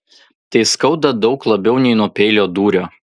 tai skauda daug labiau nei nuo peilio dūrio